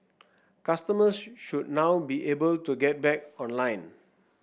customers should now be able to get back online